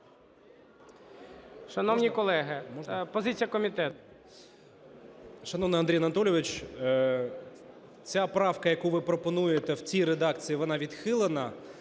Шановні колеги, позиція комітету.